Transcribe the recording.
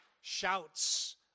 shouts